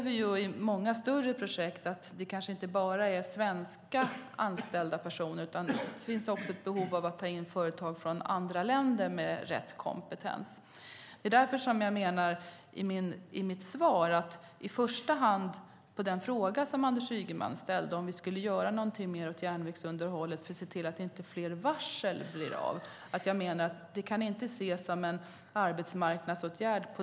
I många större projekt är det kanske inte bara svenska anställda personer, utan det finns också ett behov av att ta in företag från andra länder med rätt kompetens. Det var mot denna bakgrund som jag på Anders Ygemans första fråga - om vi skulle göra något mer åt järnvägsunderhållet för att se till att det inte blir fler varsel - svarade att det inte kan ses som en arbetsmarknadsåtgärd.